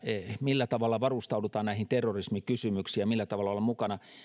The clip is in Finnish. millä tavalla varustaudutaan näihin terrorismikysymyksiin ja millä tavalla ollaan mukana